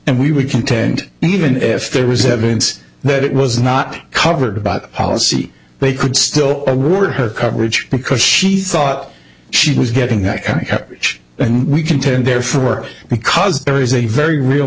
and we would contend even if there was evidence that it was not covered by policy they could still word her coverage because she thought she was getting that kind of coverage we contend there for work because there is a very real